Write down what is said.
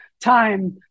time